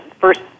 first